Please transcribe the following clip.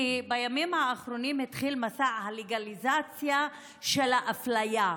כי בימים האחרונים התחיל מסע הלגליזציה של האפליה,